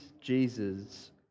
Jesus